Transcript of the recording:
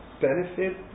benefit